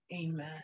amen